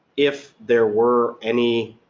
if there were any